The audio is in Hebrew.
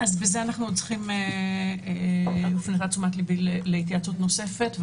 בזה אנחנו צריכים התייעצות נוספת.